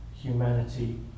humanity